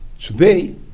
today